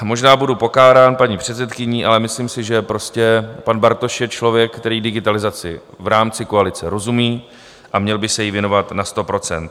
Možná budu pokárán paní předsedkyní, ale myslím si, že prostě pan Bartoš je člověk, který digitalizaci v rámci koalice rozumí a měl by se jí věnovat na sto procent.